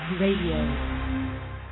Radio